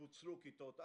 שפוצלו כיתות א'.